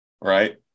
right